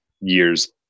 years